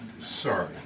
Sorry